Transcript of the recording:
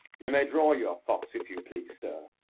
you may draw your fox if you please, sir,